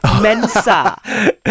Mensa